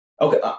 okay